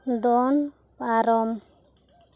ᱫᱚᱱ ᱯᱟᱨᱚᱢ